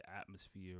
atmosphere